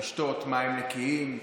לשתות מים נקיים,